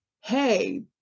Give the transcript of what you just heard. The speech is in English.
hey